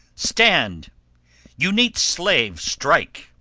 stand you neat slave, strike!